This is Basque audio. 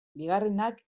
bigarrenak